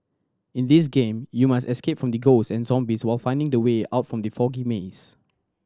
in this game you must escape from ghost and zombies while finding the way out from the foggy maze